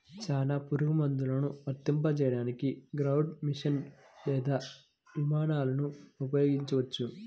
చాలా పురుగుమందులను వర్తింపజేయడానికి గ్రౌండ్ మెషీన్లు లేదా విమానాలను ఉపయోగించవచ్చు